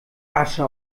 asche